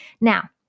Now